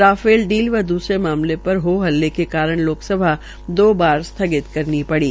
Rafale deal व दूसेर मामले र हो हल्ले के कारण लोकसभा दो बार स्थगित करनी ड़ी